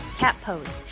cat pose.